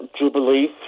Jubilee